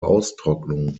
austrocknung